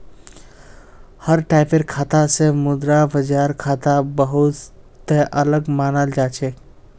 हर टाइपेर खाता स मुद्रा बाजार खाता बहु त अलग मानाल जा छेक